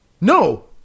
no